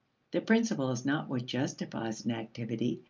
the principle is not what justifies an activity,